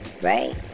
Right